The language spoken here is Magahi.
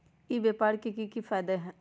ई व्यापार के की की फायदा है?